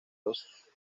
los